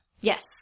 Yes